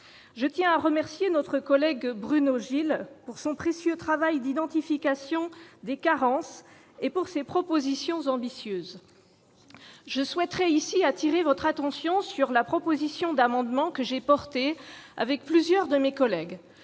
Je tiens à remercier notre collègue Bruno Gilles pour son précieux travail d'identification des carences actuelles et ses propositions ambitieuses. Je souhaite appeler l'attention sur l'amendement que j'ai déposé avec plusieurs de mes collègues,